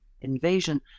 invasion